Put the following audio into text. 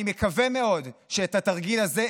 אני מקווה מאוד שאת התרגיל הזה,